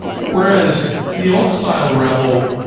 whereas the old-style rebel,